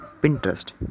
Pinterest